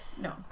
No